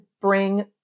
bring